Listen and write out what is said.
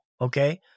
okay